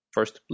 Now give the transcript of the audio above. First